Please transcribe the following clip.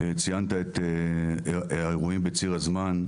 ציינת את האירועים בציר הזמן,